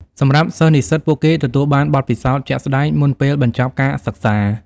សម្រាប់សិស្ស-និស្សិត ពួកគេទទួលបានបទពិសោធន៍ជាក់ស្តែងមុនពេលបញ្ចប់ការសិក្សា។